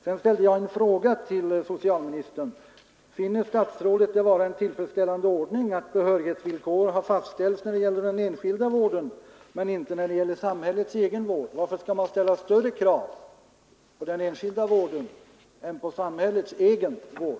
Sedan ställde jag en fråga till socialministern: Finner statsrådet det vara en tillfredsställande ordning att behörighetsvillkor har fastställts när det gäller den enskilda vården men inte när det gäller samhällets egen vård? Varför skall man ställa större krav på den enskilda vården än på samhällets egen vård?